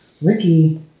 ricky